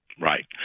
Right